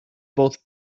both